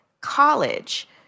college